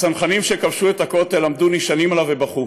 הצנחנים שכבשו את הכותל עמדו נשענים עליו ובכו.